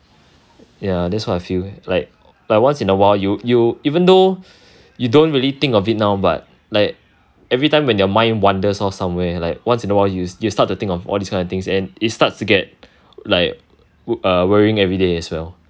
ya that's what I feel like but once in a while you you even though you don't really think of it now but like every time when your mind wanders off somewhere like once in a while you you start to think of all this kind of things and it starts to get like worrying everyday as well